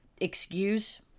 excuse